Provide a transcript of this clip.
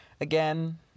again